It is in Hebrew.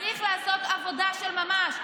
צריך לעשות עבודה של ממש.